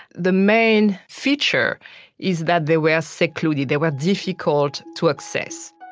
the main feature is that they were secluded. they were difficult to access